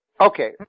Okay